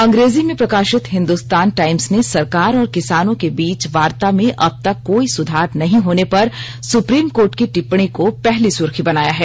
अंग्रेजी में प्रकाशित हिंदुस्तान टाइम्स ने सरकार और किसानों के बीच वार्ता में अबतक कोई सुधार नहीं होने पर सुप्रीम कोर्ट की टिपण्णी को पहली सुर्खी बनाया है